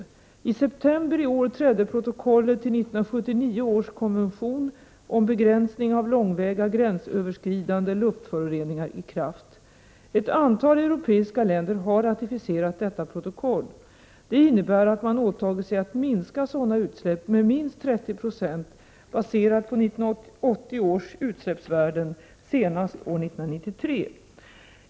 I september i år trädde protokollet till 1979 års konvention om begränsning av långväga gränsöverskridande luftföroreningar i kraft. Ett antal europeiska länder har ratificerat detta protokoll. Det innebär att man åtagit sig att minska sådana utsläpp med minst 30 70, baserat på 1980 års utsläppsvärden, senast år 1993.